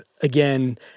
again